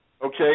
Okay